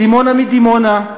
סימונה מדימונה,